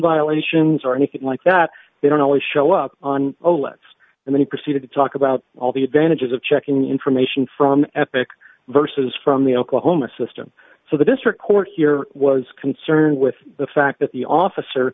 violations or anything like that they don't always show up on a leg and then proceeded to talk about all the advantages of checking the information from epic versus from the oklahoma system so the district court here was concerned with the fact that the officer